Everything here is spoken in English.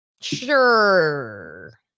Sure